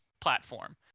platform